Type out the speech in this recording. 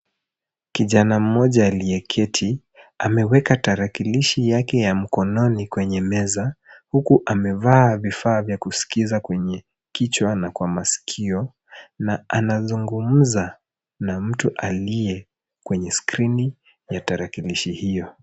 Kijana mmoja aliyeketi, ameweka tarakilishi yake ya mkononi kwenye meza huku amevaa vifaa vya kusikiza kwenye kichwa na kwa masikio na anazungumza na mtu aliye kwenye skrini ya tarakilishi hiyo.